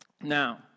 Now